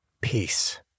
Peace